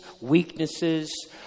weaknesses